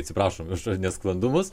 atsiprašom už nesklandumus